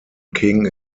king